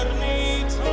made